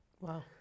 wow